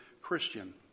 Christian